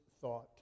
thought